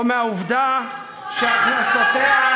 או מהעובדה שהכנסותיה,